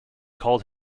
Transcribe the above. called